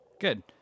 Good